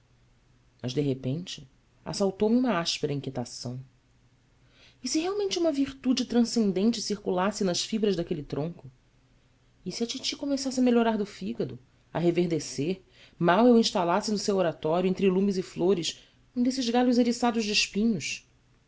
mas de repente assaltou-me uma áspera inquietação e se realmente uma virtude transcendente circulasse nas fibras daquele tronco e se a titi começasse a melhorar do fígado a reverdecer mal eu instalasse no seu oratório entre lumes e flores um desses galhos eriçados de espinhos